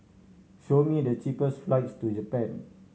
show me the cheapest flights to Japan